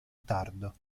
tardo